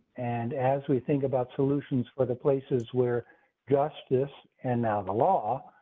and, as we think about solutions for the places where justice, and now the law.